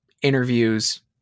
interviews